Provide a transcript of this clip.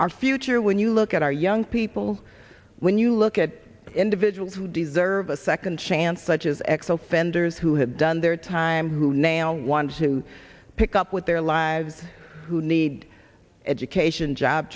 our future when you look at our young people when you look at individuals who deserve a second chance such as xo fenders who have done their time who now want to pick up with their lives who need education job